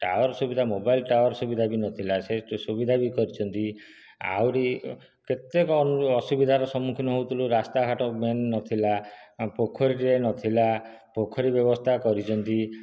tower ସୁବିଧା mobile tower ସୁବିଧା ବି ନଥିଲା ସେ ସୁବିଧା ବି କରିଛନ୍ତି ଆହୁରି କେତେକ ଅସୁବିଧାର ସମ୍ମୁଖୀନ ହେଉଥିଲୁ ରାସ୍ତାଘାଟ ମେନ୍ ନଥିଲା ପୋଖରୀଟିଏ ନଥିଲା ପୋଖରୀ ବ୍ୟବସ୍ତା କରିଛନ୍ତି